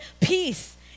peace